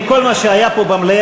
עם כל מה שהיה פה במליאה,